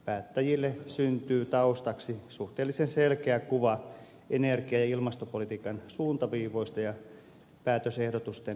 päättäjille syntyy taustaksi suhteellisen selkeä kuva energia ja ilmastopolitiikan suuntaviivoista ja päätösehdotusten perusteluista